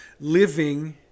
living